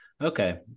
okay